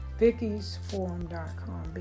vickysforum.com